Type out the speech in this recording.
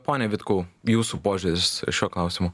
pone vitkau jūsų požiūris šiuo klausimu